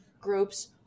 groups